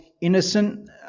innocent